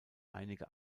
einige